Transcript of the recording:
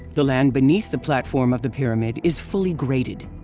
the land beneath the platform of the pyramid is fully graded.